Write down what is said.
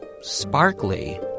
sparkly